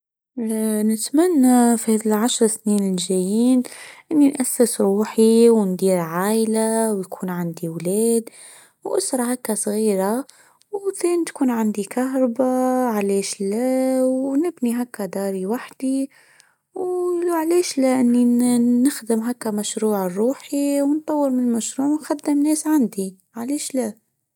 نتمنى في هذا العشر سنين الجايين ودي اسس روحي وندير عائله ويكون عندي اولاد واسره هكا صغيره وزين تكون عندي كهرباء عليش لا ونبني هكا داري لوحدي وعليش ونخدم هكا مشروعي الروحي ونطور من مشروع وخدم ناس عندي عليش لا.